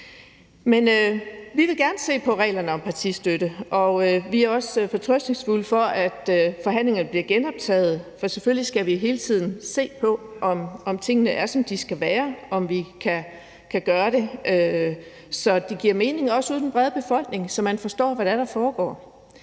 Vi vil gerne se på reglerne om partistøtte, og vi er også fortrøstningsfulde, i forhold til at forhandlingerne bliver genoptaget. For selvfølgelig skal vi hele tiden se på, om tingene er, som de skal være, og om vi kan gøre det, så det giver mening, også ude i den brede befolkning, og så man forstår, hvad det er,